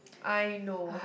I know